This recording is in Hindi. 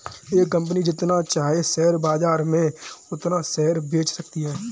एक कंपनी जितना चाहे शेयर बाजार में उतना शेयर बेच सकती है